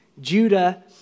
Judah